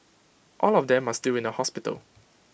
all of them are still in A hospital